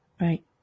Right